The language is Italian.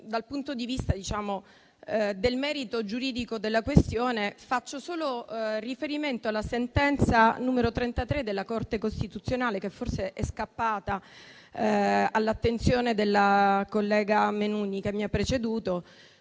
Dal punto di vista del merito giuridico della questione, faccio solo riferimento alla sentenza n. 33 della Corte costituzionale, che forse è scappata all'attenzione della collega Mennuni che mi ha preceduto,